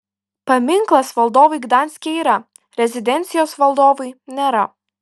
paminklas valdovui gdanske yra rezidencijos valdovui nėra